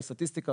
סטטיסטיקה,